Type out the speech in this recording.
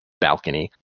balcony